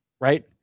right